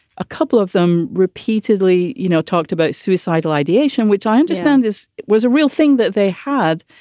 a couple of them repeatedly, you know, talked about suicidal ideation, which i understand this was a real thing that they had.